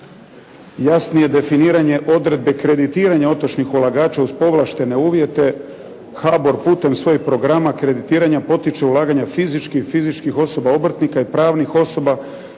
Jasnije definiranje odredbe kreditiranje otočnih ulagača uz povlaštene uvjete, HABOR putem svojih programa kreditiranja potiče ulaganja fizičkih, fizičkih osoba obrtnika i pravnih osoba